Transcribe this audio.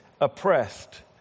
oppressed